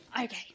Okay